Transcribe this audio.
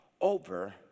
over